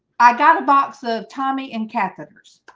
got a box of tommy and catheters